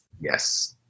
Yes